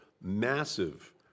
massive